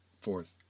Fourth